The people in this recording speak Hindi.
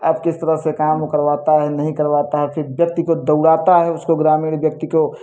अब किस तरह से काम वो करवाता है नहीं करवाता है फिर व्यक्ति को दौड़ाता है उसको ग्रामीण व्यक्ति को